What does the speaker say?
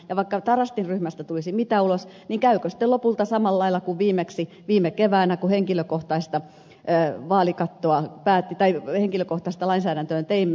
vaikka tarastin ryhmästä tulisi mitä ulos niin käykö sitten lopulta samalla lailla kuin viimeksi viime keväänä kun henkilökohtaisen vaalituen lainsäädäntöä teimme